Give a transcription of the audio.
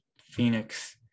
Phoenix